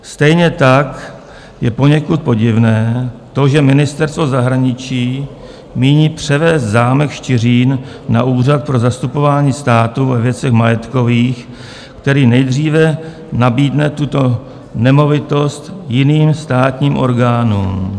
Stejně tak je poněkud podivné to, že Ministerstvo zahraničí míní převést zámek Štiřín na Úřad pro zastupování státu ve věcech majetkových, který nejdříve nabídne tuto nemovitost jiným státním orgánům.